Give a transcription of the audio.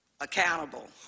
accountable